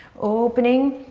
opening